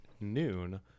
noon